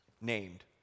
named